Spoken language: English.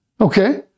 Okay